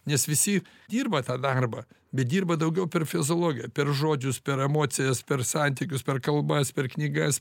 nes visi dirba tą darbą bet dirba daugiau per fiziologiją per žodžius per emocijas per santykius per kalbas per knygas